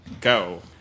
Go